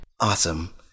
Awesome